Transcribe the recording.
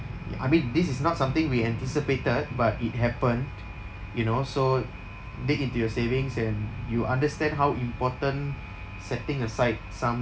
I mean this is not something we anticipated but it happened you know so dig into your savings and you understand how important setting aside some